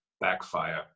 Backfire